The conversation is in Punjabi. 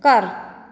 ਘਰ